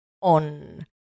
on